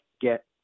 get